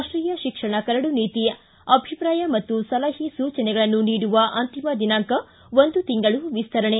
ರಾಷ್ಷೀಯ ಶಿಕ್ಷಣ ಕರಡು ನೀತಿ ಅಭಿಪ್ರಾಯ ಮತ್ತು ಸಲಹೆ ಸೂಚನೆಗಳನ್ನು ನೀಡವ ಅಂತಿಮ ದಿನಾಂಕ ಒಂದು ತಿಂಗಳು ವಿಸ್ತರಣೆ